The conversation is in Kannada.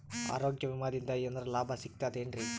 ಆರೋಗ್ಯ ವಿಮಾದಿಂದ ಏನರ್ ಲಾಭ ಸಿಗತದೇನ್ರಿ?